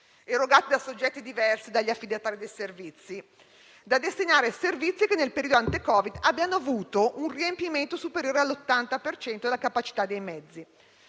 erogati a soggetti diversi dagli affidatari dei servizi, da destinare ai servizi che nel periodo ante-Covid abbiano avuto un riempimento superiore all'80 per cento della capacità dei mezzi.